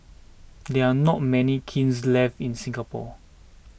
there are not many kilns left in Singapore